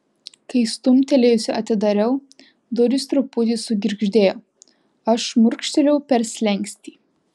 kai stumtelėjusi atidariau durys truputį sugirgždėjo aš šmurkštelėjau per slenkstį